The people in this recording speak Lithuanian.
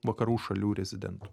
vakarų šalių rezidentų